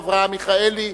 אברהם מיכאלי,